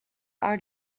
our